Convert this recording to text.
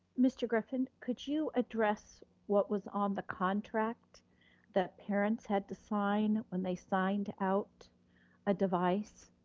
mr. griffin, could you address what was on the contract that parents had to sign when they signed out a device?